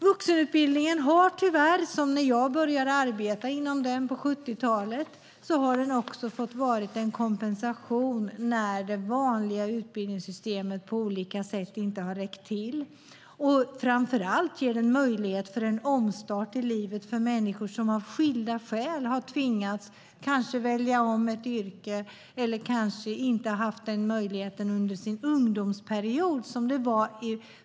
Vuxenutbildningen har tyvärr, sedan jag började arbeta inom den på 70-talet, fått vara en kompensation när det vanliga utbildningssystemet på olika sätt inte har räckt till. Framför allt ger den en möjlighet till en omstart i livet för människor som av skilda skäl har tvingats att välja om ett yrke eller kanske inte har haft möjligheten att studera under sin ungdomsperiod.